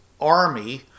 army